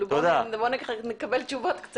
בוא נקבל תשובות.